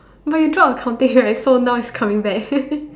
but you drop accounting right so now it's coming back